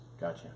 Gotcha